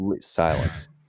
Silence